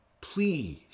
please